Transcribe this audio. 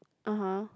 (uh huh)